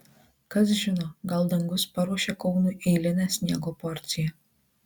kas žino gal dangus paruošė kaunui eilinę sniego porciją